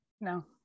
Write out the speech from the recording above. No